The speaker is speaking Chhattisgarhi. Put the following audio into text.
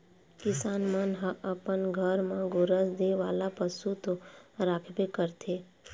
किसान मन ह अपन घर म गोरस दे वाला पशु तो राखबे करथे